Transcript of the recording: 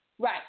Right